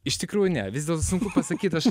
iš tikrųjų ne vis dėl to sunku pasakyt aš